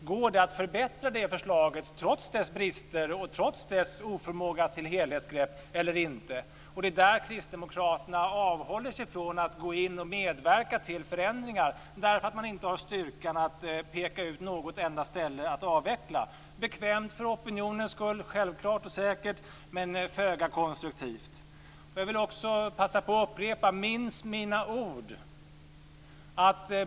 Går det att förbättra det förslaget, trots dess brister och dess brist på helhetsgrepp, eller inte? Kristdemokraterna avhåller sig från att medverka till förändringar, därför att de inte på en enda punkt har styrkan att peka ut något att avveckla. Det är bekvämt för opinionens skull, självklart och säkert men föga konstruktivt. Jag vill också passa på att upprepa: Minns mina ord!